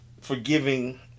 forgiving